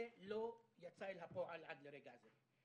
זה לא יצא אל הפועל עד רגע זה.